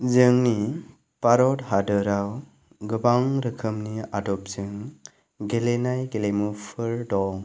जोंनि भारत हादराव गोबां रोखोमनि आदबजों गेलेनाय गेलेमुफोर दं